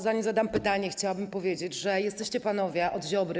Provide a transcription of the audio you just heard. Zanim zadam pytanie, chciałabym powiedzieć, że jesteście panowie od Ziobry.